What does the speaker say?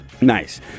Nice